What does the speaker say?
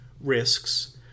risks